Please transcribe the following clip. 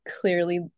clearly